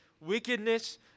wickedness